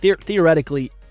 Theoretically